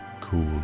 cool